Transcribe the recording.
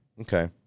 Okay